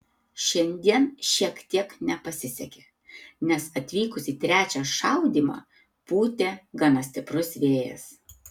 šiandien šiek tiek nepasisekė nes atvykus į trečią šaudymą pūtė gana stiprus vėjas